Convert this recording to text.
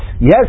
yes